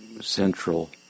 Central